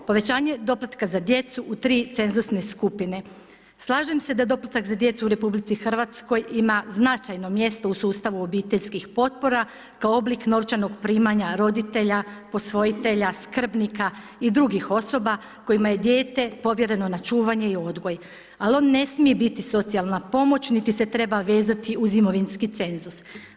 Povećanje doplatka za djecu u tri cenzusne skupine, slažem se da doplatak za djecu u RH ima značajno mjesto u sustavu obiteljskih potpora, kao oblik novčanog primanja roditelja, posvojitelja, skrbnika i drugih osoba kojima je dijete povjereno na čuvanje i odgoj, ali on ne smije biti socijalna pomoć niti se treba vezati uz imovinski cenzus.